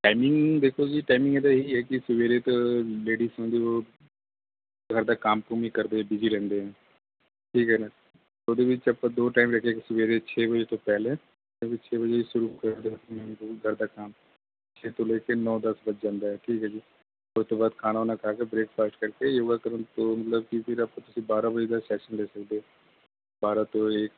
timing ਦੇਖੋ ਜੀ timing ਇਹਦਾ ਇਹ ਹੀ ਹੈ ਕਿ ਸਵੇਰੇ ਤਾਂ ਲੇਡੀਸ ਸਮਝੋ ਘਰ ਦਾ ਕੰਮ ਕੁੰਮ ਵੀ ਕਰਦੇ ਬੀਜੀ ਰਹਿੰਦੇ ਹੈ ਠੀਕ ਹੈ ਨਾ ਉਹਦੇ ਵਿੱਚ ਆਪਾਂ ਦੋ ਟਾਈਮ ਰੱਖੇ ਇੱਕ ਸਵੇਰੇ ਛੇ ਵਜੇ ਤੋਂ ਪਹਿਲੇ ਇੱਕ ਛੇ ਵਜੇ ਸ਼ੁਰੂ ਕਰਦੇ ਘਰ ਦਾ ਕੰਮ ਛੇ ਤੋਂ ਲੈ ਕੇ ਨੌਂ ਦਸ ਵੱਜ ਜਾਂਦਾ ਹੈ ਠੀਕ ਹੈ ਜੀ ਉਸ ਤੋਂ ਬਾਅਦ ਖਾਣਾ ਬਾਣਾ ਖਾ ਕੇ ਬ੍ਰੇਕਫਾਸਟ ਕਰਕੇ ਯੋਗਾ ਕਰਨ ਤੋਂ ਮਤਲਬ ਕਿ ਫਿਰ ਤੁਸੀਂ ਬਾਰਾਂ ਵਜੇ ਦਾ ਸੈਸ਼ਨ ਲੈ ਸਕਦੇ ਹੋ ਬਾਰਾਂ ਤੋਂ ਇੱਕ